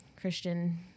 Christian